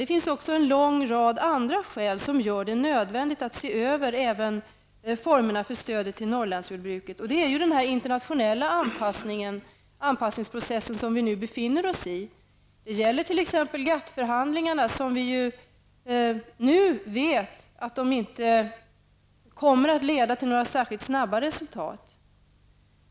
Det finns också en lång rad andra skäl som gör det nödvändigt att se över även formerna för stödet till Norrlandsjordbruket, bl.a. den internationella anpassningsprocess som vi nu befinner oss i. Det gäller t.ex. GATT-förhandlingarna, som vi nu vet inte kommer att leda till några särskilt snabba resultat.